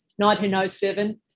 1907